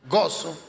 Gosu